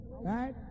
right